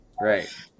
Right